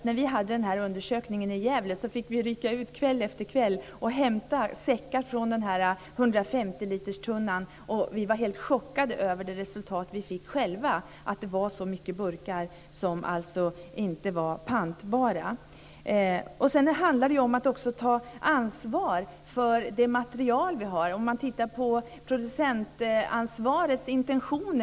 När vi gjorde undersökningen i Gävle fick vi rycka ut kväll efter kväll och hämta säckar från 150-literstunnan. Vi var helt chockade över resultatet att det var så många burkar som inte var pantbara. Det handlar också om att ta ansvar för det material vi har.